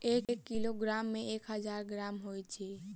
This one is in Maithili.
एक किलोग्राम मे एक हजार ग्राम होइत अछि